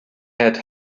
had